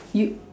you